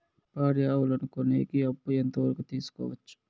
పాడి ఆవులని కొనేకి అప్పు ఎంత వరకు తీసుకోవచ్చు?